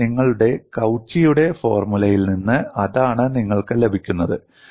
അതിനാൽ നിങ്ങളുടെ കൌച്ചിയുടെ ഫോർമുലയിൽ നിന്ന് അതാണ് നിങ്ങൾക്ക് ലഭിക്കുന്നത്